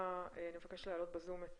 נבקש להעלות בזום את